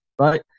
right